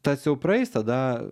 tas jau praeis tada